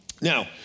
Now